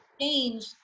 change